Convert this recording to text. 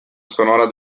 sonora